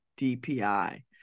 dpi